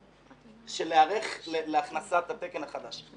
היערכות להכנסת התקן החדש.